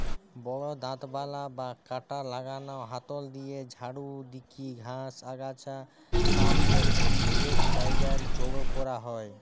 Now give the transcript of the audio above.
বড় দাঁতবালা বা কাঁটা লাগানা হাতল দিয়া ঝাড়ু দিকি ঘাস, আগাছা সাফ করিকি এক জায়গায় জড়ো করা হয়